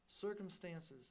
Circumstances